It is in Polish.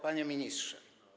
Panie Ministrze!